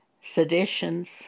seditions